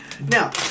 Now